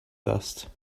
dust